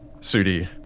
Sudi